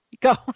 go